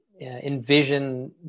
envision